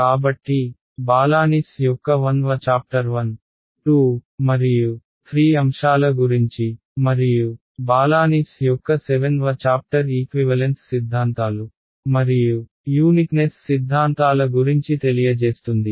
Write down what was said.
కాబట్టి బాలానిస్ యొక్క 1 వ చాప్టర్ 1 2 మరియు 3 అంశాల గురించి మరియు బాలానిస్ యొక్క 7 వ చాప్టర్ ఈక్వివలెన్స్ సిద్ధాంతాలు మరియు యూనిక్నెస్ సిద్ధాంతాల గురించి తెలియజేస్తుంది